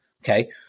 Okay